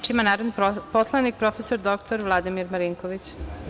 Reč ima narodni poslanik profesor doktor Vladimir Marinković.